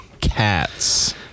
cats